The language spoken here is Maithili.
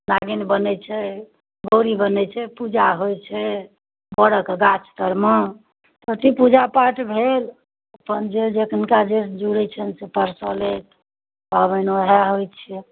नागिन बनैत छै गौरी बनैत छै पूजा होइत छै बरक गाछ तरमे अथी पूजा पाठ भेल अपन जे जिनका जे जुड़ैत छनि से परसलथि पाबनि ओएह होइत छै